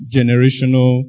Generational